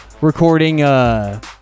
recording